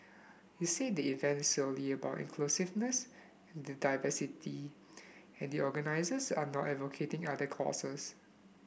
he said the event is solely about inclusiveness and diversity and the organisers are not advocating other causes